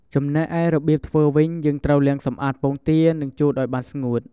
ចំណែកឯរបៀបធ្វើវិញ យើងត្រូវលាងសម្អាតពងទា និងជូតឱ្យបានស្ងួត ។